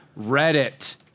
Reddit